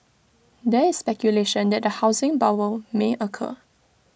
there is speculation that A housing bubble may occur